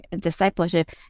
discipleship